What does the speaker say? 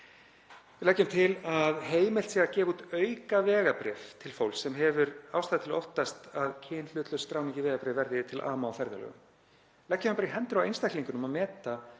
Við leggjum til að heimilt verði að gefa út aukavegabréf til fólks sem hefur ástæðu til að óttast að kynhlutlaus skráning í vegabréfi verði því til ama á ferðalögum. Leggjum það í hendurnar á einstaklingunum að meta